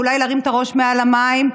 ואולי להרים את הראש מעל המים.